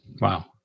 Wow